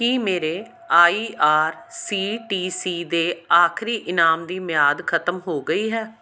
ਕੀ ਮੇਰੇ I R C T C ਦੇ ਆਖ਼ਰੀ ਇਨਾਮ ਦੀ ਮਿਆਦ ਖ਼ਤਮ ਹੋ ਗਈ ਹੈ